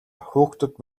хүүхдүүд